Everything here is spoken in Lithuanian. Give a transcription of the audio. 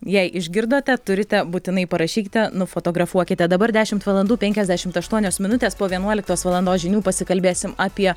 jei išgirdote turite būtinai parašykite nufotografuokite dabar dešimt valandų penkiasdešimt aštuonios minutės po vienuoliktos valandos žinių pasikalbėsim apie